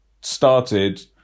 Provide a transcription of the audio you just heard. started